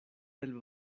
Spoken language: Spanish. del